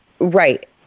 Right